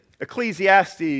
Ecclesiastes